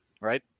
right